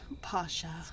Pasha